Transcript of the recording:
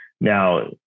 Now